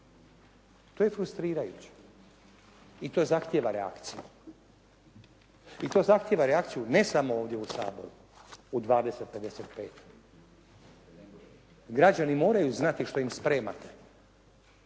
to je frustrirajuće i to zahtijeva reakciju. I to zahtijeva reakciju ne samo ovdje u Saboru u 20,55. Građani moraju znati što im spremate.